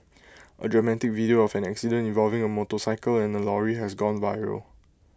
A dramatic video of an accident involving A motorcycle and A lorry has gone viral